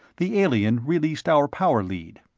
the alien released our power lead.